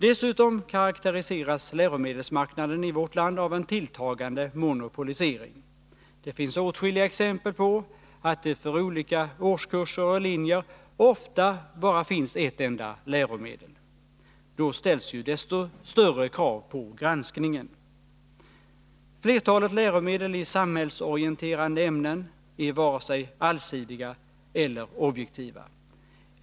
Dessutom karakteriseras läromedelsmarknaden i vårt land av en tilltagande monopolisering. Det finns åtskilliga exempel på att det för olika årskurser och linjer ofta bara finns ett enda läromedel. Då ställs ju desto större krav på granskningen. Flerta!et läromedel i samhällsorienterande ämnen är varken allsidiga eller objektiva.